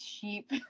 cheap